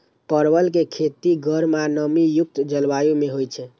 परवल के खेती गर्म आ नमी युक्त जलवायु मे होइ छै